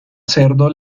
cerdo